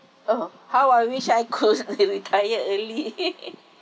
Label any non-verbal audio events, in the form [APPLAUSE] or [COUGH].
oh how I wish I could [LAUGHS] be retired early [LAUGHS]